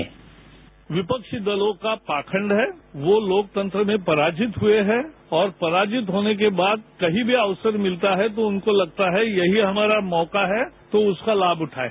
bite विपक्षी दलों का पाखंड है वो लोकतंत्र में पराजित हुए हैं और पराजित होने के बाद कहीं भी अवसर मिलता है तो उनको लगता है कि यही हमारा मौका है तो उसका लाभ उठाएं